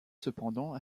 cependant